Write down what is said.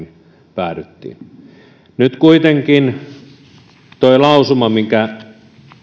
päädyttiin nyt kuitenkin tuo lausuma minkä